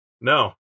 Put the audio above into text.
No